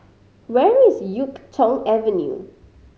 where is Yuk Tong Avenue